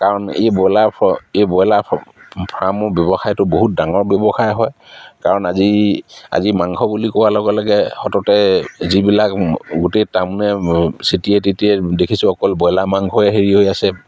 কাৰণ এই ব্ৰইলাৰ এই ব্ৰইলাৰ ফাৰ্মৰ ব্যৱসায়টো বহুত ডাঙৰ ব্যৱসায় হয় কাৰণ আজি আজি মাংস বুলি কোৱাৰ লগে লগে সততে যিবিলাক গোটেই টাউনে চিটিয়ে টিটিয়ে দেখিছোঁ অকল ব্ৰইলাৰ মাংসৰে হেৰি হৈ আছে